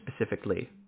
specifically